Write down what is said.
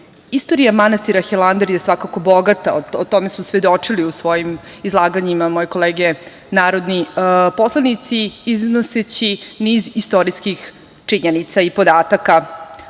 džamiji. Istorija manastira Hilandar je svakako bogata. O tome su svedočile u svojim izlaganjima i moje kolege narodni poslanici iznoseći niz istorijskih činjenica i podataka.